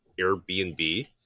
Airbnb